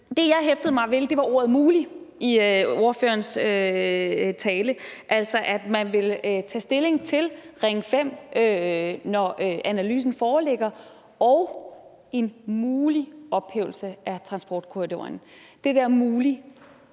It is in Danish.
Det, jeg hæftede mig ved i ordførerens tale, var ordet mulig, altså at man vil tage stilling til Ring 5, når analysen foreligger, og til en mulig ophævelse af transportkorridoren. Betyder det